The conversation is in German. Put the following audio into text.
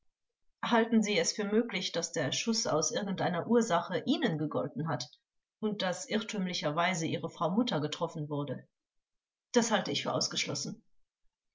halten sie es für möglich daß der schuß aus irgendeiner ursache ihnen gegolten hat und daß irrtümlicherweise ihre frau mutter getroffen wurde zeugin das halte ich für ausgeschlossen